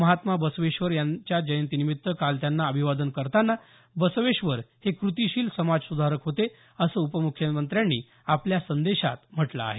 महात्मा बसवेश्वर यांना जयंतीनिमित्त काल त्यांना अभिवादन करतांना बसवेश्वर हे कृतिशील समाजसुधारक होते असं उपमुख्यमंत्र्यांनी आपल्या संदेशात म्हटलं आहे